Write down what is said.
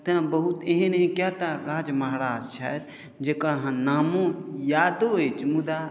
तेँ एहन एहन कएकटा बहुत राजा महाराज छथि जकर अहाँके नामो यादो अछि मुदा